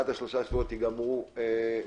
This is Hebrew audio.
עד השלושה שבועות ייגמר התזכיר,